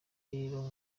rero